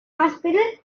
hospital